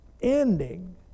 ending